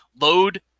load